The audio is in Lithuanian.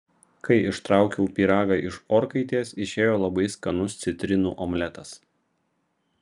kai ištraukiau pyragą iš orkaitės išėjo labai skanus citrinų omletas